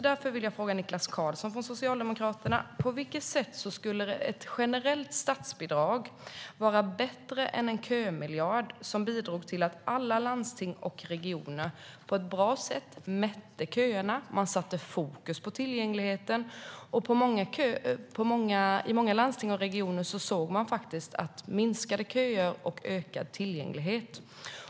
Därför vill jag fråga Niklas Karlsson från Socialdemokraterna: På vilket sätt skulle ett generellt statsbidrag vara bättre än en kömiljard som bidrog till att alla landsting och regioner på ett bra sätt mätte köerna och satte fokus på tillgängligheten? I många landsting och regioner såg man minskade köer och ökad tillgänglighet.